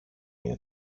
είναι